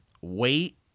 wait